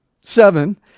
seven